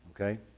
okay